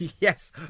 Yes